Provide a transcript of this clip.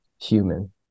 human